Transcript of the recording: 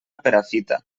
perafita